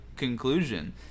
conclusion